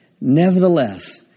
Nevertheless